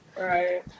Right